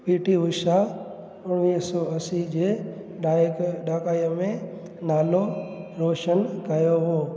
P T Usha उणिवींह सौ असीं जे डाइक ॾाकाई में नालो रोशन कयो हुओ